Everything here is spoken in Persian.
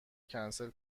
کنسل